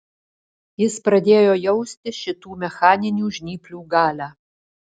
jis pradėjo jausti šitų mechaninių žnyplių galią